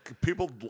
People